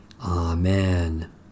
Amen